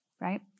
right